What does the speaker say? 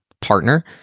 partner